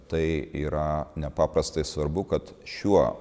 tai yra nepaprastai svarbu kad šiuo